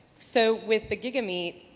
so, with the gigameet,